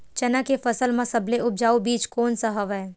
चना के फसल म सबले उपजाऊ बीज कोन स हवय?